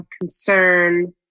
concern